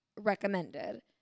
recommended